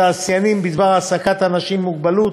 התעשיינים בדבר העסקת אנשים עם מוגבלות,